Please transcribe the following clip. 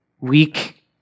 weak